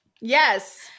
Yes